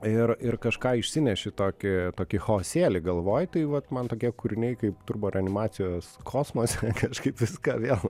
ir ir kažką išsineši tokį tokį chaosėlį galvoj tai vat man tokie kūriniai kaip turboreanimacijos kosmos kažkaip viską vėl